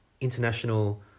international